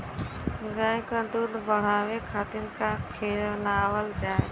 गाय क दूध बढ़ावे खातिन का खेलावल जाय?